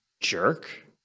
jerk